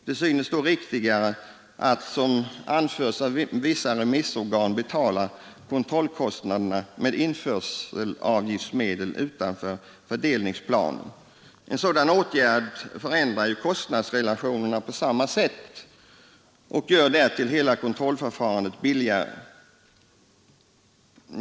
Det synes då riktigare att, som anförts av vissa remissorgan, betala kontrollkostnaderna med införselavgiftsmedel utanför fördelningsplanen. En sådan åtgärd förändrar ju kostnadsrelationerna på samma sätt och gör därtill hela kontrollförfarandet billigare.